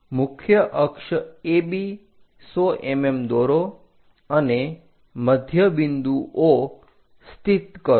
મુખ્ય અક્ષ AB 100 mm દોરો અને મધ્યબિંદુ O સ્થિત કરો